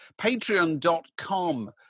patreon.com